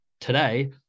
today